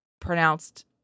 pronounced